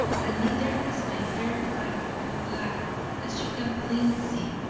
and neither is my hair white but black as you can plainly see.